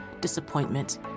disappointment